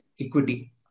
equity